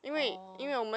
orh